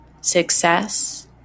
success